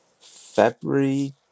February